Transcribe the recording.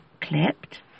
clipped